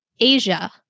Asia